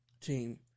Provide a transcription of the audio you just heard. team